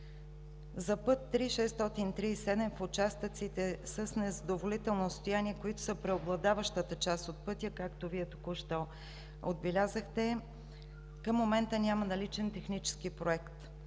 За път 3.637 в участъците с незадоволително състояние, които са преобладаващата част от пътя, както Вие току-що отбелязахте, към момента няма наличен технически проект.